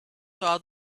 saw